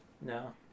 No